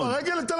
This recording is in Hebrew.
על מה אתה מדבר?